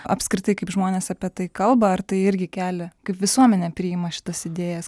apskritai kaip žmonės apie tai kalba ar tai irgi kelia kaip visuomenė priima šitas idėjas